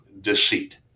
deceit